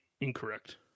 Incorrect